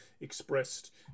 expressed